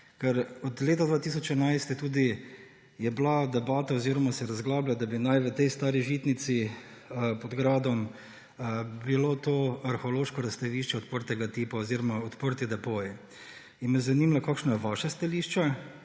Od leta 2011 je tudi bila debata oziroma se razglablja, da bi naj v tej stari žitnici pod gradom bilo to arheološko razstavišče odprtega tipa oziroma odprti depo. Zanima me: Kakšno je vaše stališče